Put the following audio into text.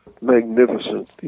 Magnificent